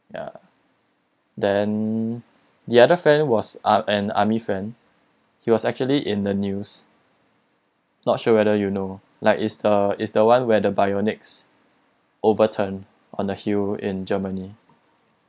ya then the other friend was uh an army friend he was actually in the news not sure whether you know like is the is the one where the bionix overturn on the hill in germany